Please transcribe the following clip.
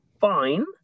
fine